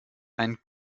ein